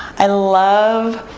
i love,